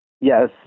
Yes